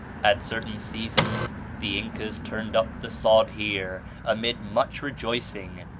at certain seasons the incas turned up the sod here, amid much rejoicing,